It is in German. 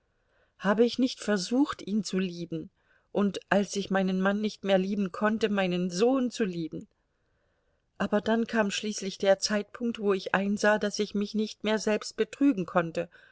habe ich nicht versucht ihn zu lieben und als ich meinen mann nicht mehr lieben konnte meinen sohn zu lieben aber dann kam schließlich der zeitpunkt wo ich einsah daß ich mich nicht mehr selbst betrügen konnte